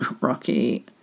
Rocky